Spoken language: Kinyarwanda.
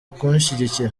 kunshyigikira